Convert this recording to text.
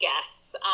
guests